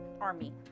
army